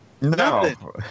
No